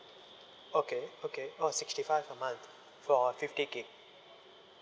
okay okay oh sixty five a month for a fifty gig